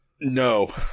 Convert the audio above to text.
No